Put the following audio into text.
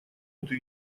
эту